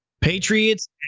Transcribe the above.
Patriots